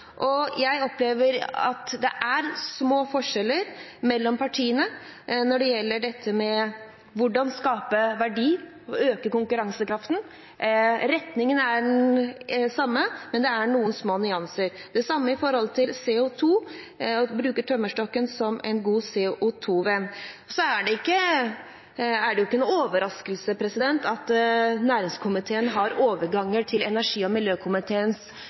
Jeg opplever at det er små forskjeller mellom partiene når det gjelder hvordan man skal skape verdier og øke konkurransekraften. Retningen er den samme, men det er noen små nyanser. Det samme gjelder CO 2 – å bruke tømmerstokken som en god CO 2 -venn. Så er det ikke noen overraskelse at næringskomiteen har overganger til energi- og miljøkomiteens